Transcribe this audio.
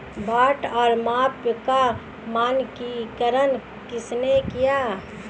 बाट और माप का मानकीकरण किसने किया?